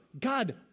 God